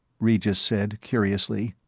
regis said curiously,